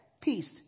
peace